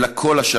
אלא כל השנה,